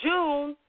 June